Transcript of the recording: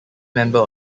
member